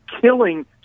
killing